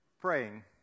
praying